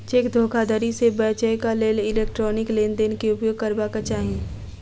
cheque धोखाधड़ी से बचैक लेल इलेक्ट्रॉनिक लेन देन के उपयोग करबाक चाही